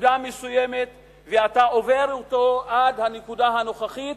מנקודה מסוימת ואתה עובר אתו עד הנקודה הנוכחית,